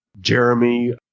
Jeremy